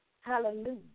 Hallelujah